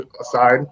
aside